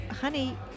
honey